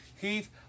Heath